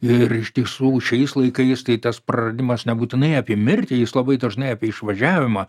ir iš tiesų šiais laikais tai tas praradimas nebūtinai apie mirtį jis labai dažnai apie išvažiavimą